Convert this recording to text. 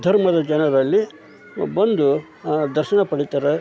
ಧರ್ಮದ ಜನರಲ್ಲಿ ಬಂದು ದರ್ಶನ ಪಡೀತಾರೆ